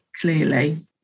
clearly